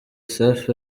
safi